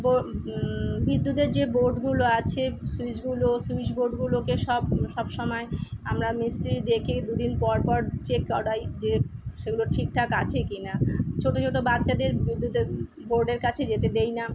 board বিদ্যুতের যে বোর্ডগুলো আছে সুইচগুলো সুইচবোর্ডগুলোকে সব সব সময় আমরা মিস্ত্রি ডেকে দুদিন পর পর চেক করাই যে সেগুলো ঠিকঠাক আছে কি না ছোটো ছোটো বাচ্চাদের বিদ্যুতের বোর্ডের কাছে যেতে দেই না